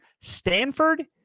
Stanford